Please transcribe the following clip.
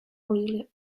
really